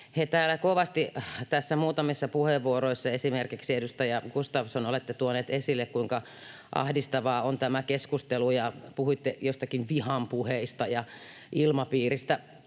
täällä kovasti näissä muutamissa puheenvuoroissa, esimerkiksi edustaja Gustafsson, olette tuoneet esille, kuinka ahdistavaa on tämä keskustelu, ja puhuitte jostakin vihapuheista ja ilmapiiristä.